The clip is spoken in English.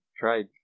trade